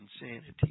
insanity